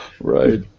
Right